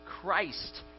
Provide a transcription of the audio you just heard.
Christ